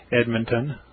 Edmonton